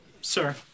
Sir